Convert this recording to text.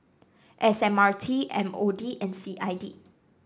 S M R T M O D and C I D